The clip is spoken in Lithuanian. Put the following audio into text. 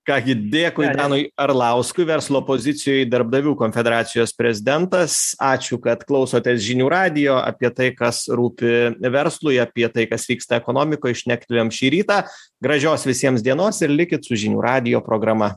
ką gi dėkui danui arlauskui verslo pozicijoj darbdavių konfederacijos prezidentas ačiū kad klausotės žinių radijo apie tai kas rūpi verslui apie tai kas vyksta ekonomikoj šnektelėjom šį rytą gražios visiems dienos ir likit su žinių radijo programa